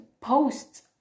posts